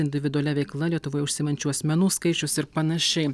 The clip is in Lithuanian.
individualia veikla lietuvoje užsiimančių asmenų skaičius ir panašiai